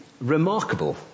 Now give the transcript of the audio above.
remarkable